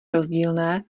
rozdílné